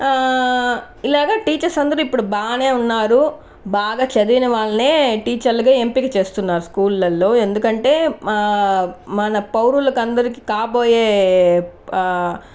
ఇలాగ టీచర్స్ అందరు ఇప్పుడు బాగానే ఉన్నారు బాగా చదివిన వాళ్ళనే టీచర్లుగా ఎంపిక చేస్తున్నారు స్కూల్లలో ఎందుకంటే మా మన పౌరులకందరికి కాబోయే